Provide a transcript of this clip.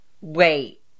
wait